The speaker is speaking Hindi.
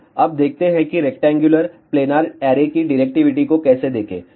तो अब देखते हैं कि रेक्टेंगुलर प्लेनार ऐरे की डिरेक्टिविटी को कैसे देखें